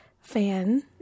fan